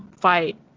fight